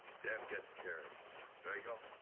dev, get the carriage. drago.